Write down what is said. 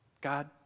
God